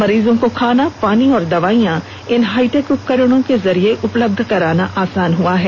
मरीजों को खाना पानी एवं दवाइयां इन हाईटेक उपकरणों के जरिए उपलब्ध कराना आसान हुआ है